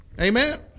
Amen